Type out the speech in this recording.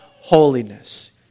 holiness